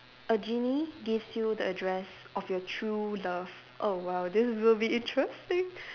a genie gives you the address of your true love oh !wow! this is going to be interesting